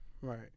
right